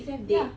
ya lah